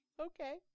Okay